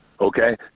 Okay